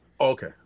Okay